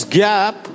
gap